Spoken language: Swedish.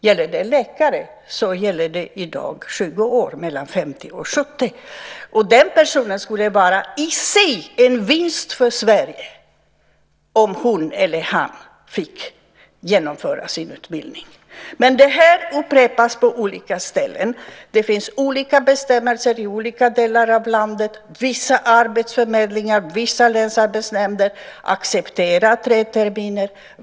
Gäller det läkare är det i dag 20 år - mellan 50 och 70. Den personen skulle i sig vara en vinst för Sverige om hon eller han fick genomföra sin utbildning. Det här upprepas på olika ställen. Det finns olika bestämmelser i olika delar av landet. Vissa arbetsförmedlingar och vissa länsarbetsnämnder accepterar tre terminer.